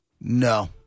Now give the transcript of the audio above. No